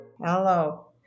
Hello